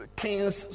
king's